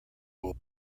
will